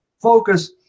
focus